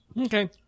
Okay